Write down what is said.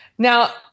Now